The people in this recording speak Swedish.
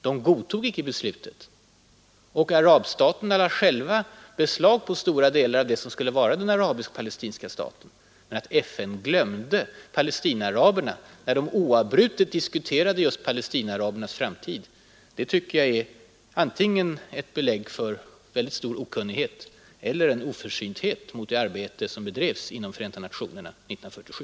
De godtog tyvärr inte beslutet. Arabstaterna lade själva beslag på stora delar av det som skulle vara den arabisk-palestinska staten. Men att säga att FN ”glömde bort” Palestinaaraberna när FN oavbrutet diskuterade just Palestinaarabernas framtid tycker jag är antingen ett belägg för stor okunnighet eller en oförsynthet mot det arbete som bedrevs inom Förenta nationerna 1947.